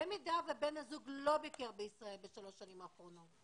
במידה שבן הזוג לא ביקר בישראל בשלוש השנים האחרונות,